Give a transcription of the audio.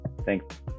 Thanks